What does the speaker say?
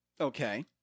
Okay